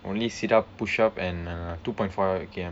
only sit up push up and uh two point four K_M